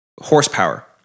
horsepower